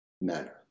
manner